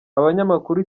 abanyamakuru